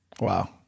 Wow